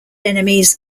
enemies